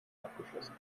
abgeschlossen